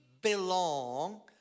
belong